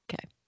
Okay